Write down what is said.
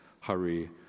hurry